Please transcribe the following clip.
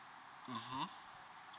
mmhmm